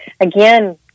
again—